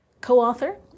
Co-author